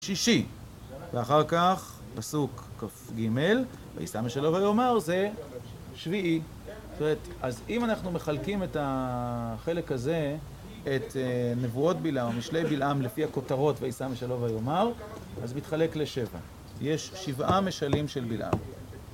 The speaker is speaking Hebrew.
שישי, ואחר כך, פסוק כ"ג "ויישא משלו ויאמר" זה שביעי. זאת אומרת, אז אם אנחנו מחלקים את החלק הזה, את נבואות בלעם, משלי בלעם, לפי הכותרות "ויישא משלו ויאמר", אז זה מתחלק לשבע. יש שבעה משלים של בלעם.